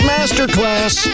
Masterclass